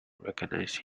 recognise